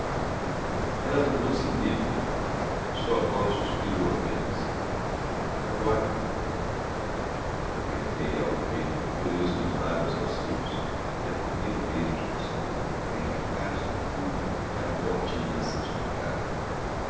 ela tornou-se lívida sua voz suspirou apenas agora apertei-a ao peito e colei os meus lábios aos seus era o primeiro beijo de nosso amor beijo casto e puro que a morte ia santificar